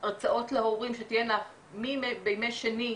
הרצאות להורים שתהיינה בימי שני,